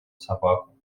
собаку